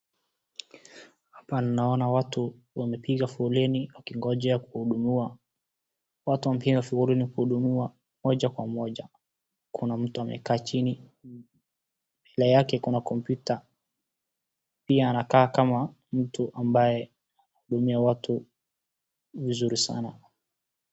Hapa naona watu wamepiga foleni wakingojea kuhudumiwa. Watu wamepiga foleni kuhudumiwa moja kwa moja. Kuna mtu amekaa chini, mbele yake kuna kompyuta. Pia anakaa kama mtu ambaye, anahudumia watu vizuri sana.